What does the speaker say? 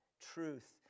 truth